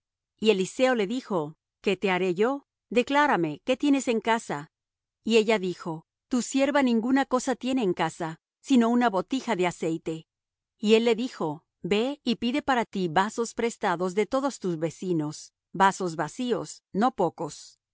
y eliseo le dijo qué te haré yo declárame qué tienes en casa y ella dijo tu sierva ninguna cosa tiene en casa sino una botija de aceite y él le dijo ve y pide para ti vasos prestados de todos tus vecinos vasos vacíos no pocos